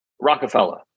Rockefeller